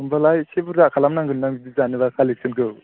होनबालाय एसे बुरजा खालामनांगोन ना बिदि जानोबा कालेक्स'नखौ